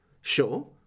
Sure